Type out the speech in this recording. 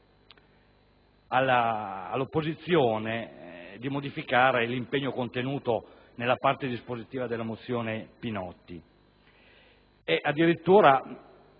all'opposizione di modificare l'impegno contenuto nella parte dispositiva della mozione Pinotti